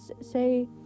Say